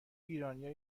ایرانیا